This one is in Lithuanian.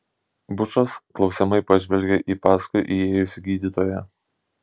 bučas klausiamai pažvelgė į paskui įėjusį gydytoją